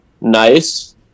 nice